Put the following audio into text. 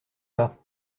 pas